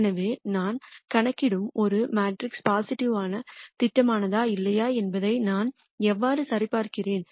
எனவே நான் கணக்கிடும் ஒரு மேட்ரிக்ஸ் பாசிட்டிவ்வா திட்டவட்டமானதா இல்லையா என்பதை நான் எவ்வாறு சரிபார்க்கிறேன்